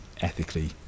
ethically